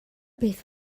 beth